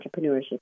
entrepreneurship